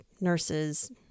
nurses